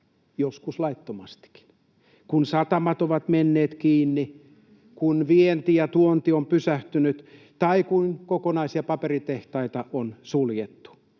joskus laittomastikin, kun satamat ovat menneet kiinni, kun vienti ja tuonti ovat pysähtyneet tai kun kokonaisia paperitehtaita on suljettu